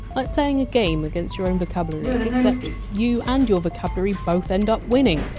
like playing a game against your own vocabulary except you and your vocabulary both end up winning.